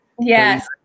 Yes